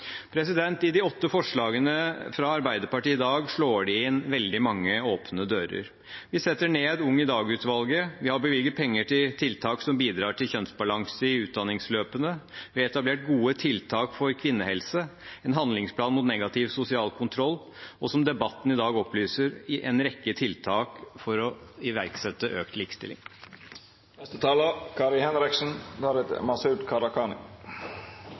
I de åtte forslagene fra Arbeiderpartiet i dag slår de inn veldig mange åpne dører. Vi setter ned UngIDag-utvalget. Vi har bevilget penger til tiltak som bidrar til kjønnsbalanse i utdanningsløpene. Vi har etablert gode tiltak for kvinnehelse, en handlingsplan mot negativ sosial kontroll og – som debatten i dag opplyser om – en rekke tiltak for å iverksette økt